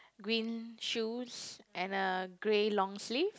green shoes and a grey long sleeve